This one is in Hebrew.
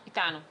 אתנו.